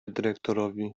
dyrektorowi